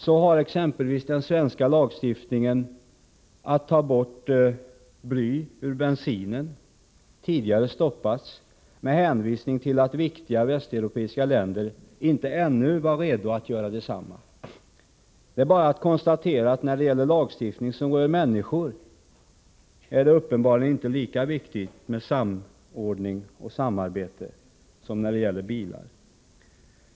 Så har exempelvis den tilltänkta svenska lagstiftningen om att ta bort bly ur bensinen tidigare stoppats med hänvisning till att viktiga västeuropiska länder inte ännu var redo att slopa blyet härvidlag. Det är bara att konstatera att när det gäller lagstiftning som rör människor är det uppenbarligen inte lika viktigt med samordning och samarbete som när det gäller bilar.